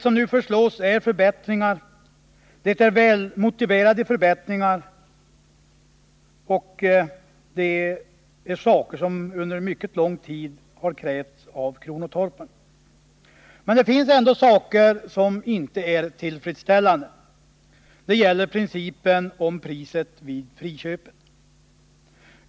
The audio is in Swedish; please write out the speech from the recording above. Men det finns ändå saker som inte är tillfredsställande, och det gäller bl.a. principen om priset vid friköpet.